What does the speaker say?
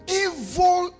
evil